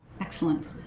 excellent